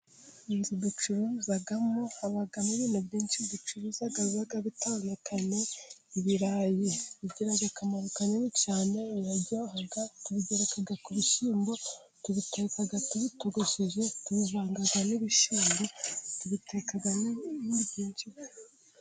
Inzu ducururizamo habamo, ibintu byinshi ducuruza biba bitandukanye, ibirayi bigira akamaro kanini cyane, biraryoha tubigereka ku bishyimbo, tubiteka tubitogosheje, tukabivanga n'ibishyimbo tubiteka.